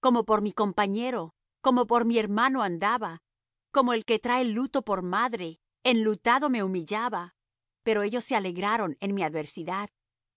como por mi compañero como por mi hermano andaba como el que trae luto por madre enlutado me humillaba pero ellos se alegraron en mi adversidad